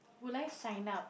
will I sign up